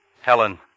Helen